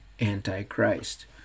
Antichrist